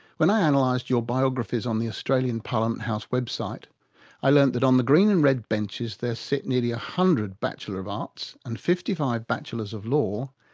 when i and analysed your biographies on the australian parliament house web site i learnt that on the green and red benches there sit nearly a hundred batchelors of arts and fifty five batchelors of law,